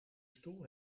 stoel